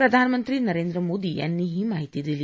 प्रधानमंत्री नरेंद्र मोदी यांनी ही माहिती दिली